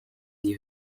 die